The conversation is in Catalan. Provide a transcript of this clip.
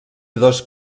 dos